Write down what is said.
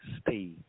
stay